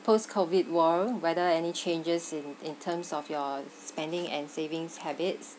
post COVID world whether any changes in in terms of your spending and savings habits